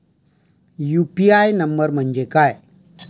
UPI number म्हणजे काय?